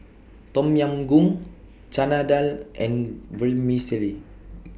Tom Yam Goong Chana Dal and Vermicelli